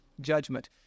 judgment